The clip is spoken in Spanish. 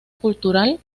cultural